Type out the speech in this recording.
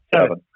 Seven